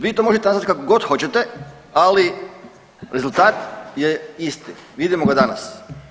Vi to možete nazvati kako god hoćete ali rezultat je isti, vidimo ga danas.